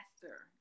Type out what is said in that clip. faster